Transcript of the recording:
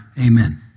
Amen